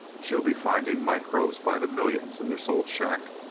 she'll be finding microbes by the million in this old shack.